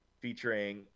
Featuring